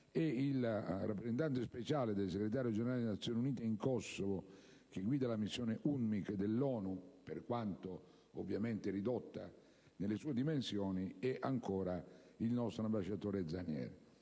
il rappresentante speciale del Segretario generale delle Nazioni Unite in Kosovo, che guida la missione UNMIK dell'ONU, per quanto ridotta nelle sue dimensioni, è ancora il nostro ambasciatore Zannier.